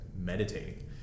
meditating